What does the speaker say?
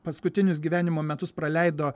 paskutinius gyvenimo metus praleido